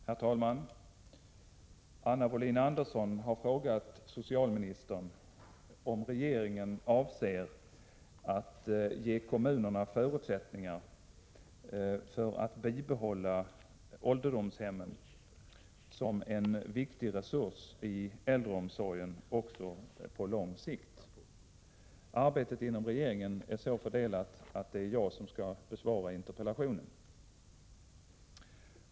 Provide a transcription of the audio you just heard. Herr talman! Anna Wohlin-Andersson har frågat socialministern om regeringen avser att ge kommunerna förutsättningar för att bibehålla ålderdomshemmen som en viktig resurs i äldreomsorgen också på lång sikt. Arbetet inom regeringen är så fördelat att det är jag som skall besvara interpellationen.